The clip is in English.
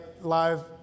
live